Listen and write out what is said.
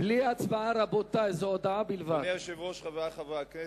חברי חברי הכנסת,